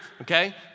Okay